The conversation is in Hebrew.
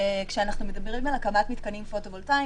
כשאנחנו מדברים על הקמת מתקנים פוטו-וולטאיים